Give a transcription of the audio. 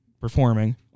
performing